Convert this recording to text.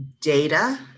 data